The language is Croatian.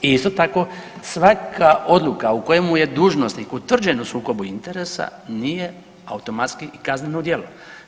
I isto tako svaka odluka u kojemu je dužnosnik utvrđen u sukobu interesa nije automatski i kazneno djelo.